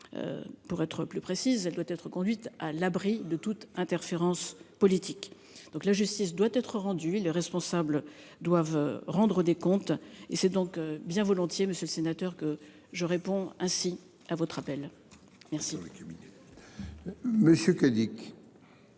Pour être plus précise, elle doit être conduite à l'abri de toute interférence politique. La justice doit être rendue et les responsables doivent rendre des comptes. C'est donc bien volontiers que je réponds ainsi à votre appel, monsieur le